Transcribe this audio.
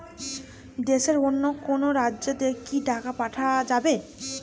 দেশের অন্য কোনো রাজ্য তে কি টাকা পাঠা যাবে?